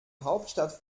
hauptstadt